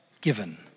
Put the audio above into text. given